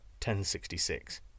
1066